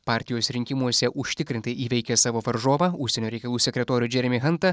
partijos rinkimuose užtikrintai įveikė savo varžovą užsienio reikalų sekretorių džeremį hantą